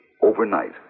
overnight